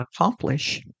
accomplish